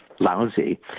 Lousy